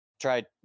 try